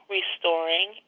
Restoring